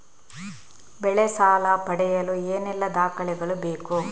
ಬೆಳೆ ಸಾಲ ಪಡೆಯಲು ಏನೆಲ್ಲಾ ದಾಖಲೆಗಳು ಬೇಕು?